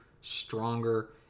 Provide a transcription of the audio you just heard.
stronger